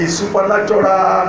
supernatural